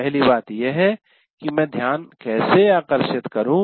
पहली बात यह है कि मैं ध्यान कैसे आकर्षित करूं